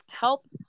help